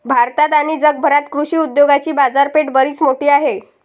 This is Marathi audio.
भारतात आणि जगभरात कृषी उद्योगाची बाजारपेठ बरीच मोठी आहे